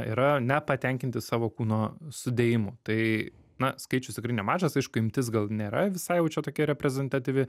yra nepatenkinti savo kūno sudėjimu tai na skaičius tikrai nemažas aišku imtis gal nėra visai jau čia tokia reprezentatyvi